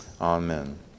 Amen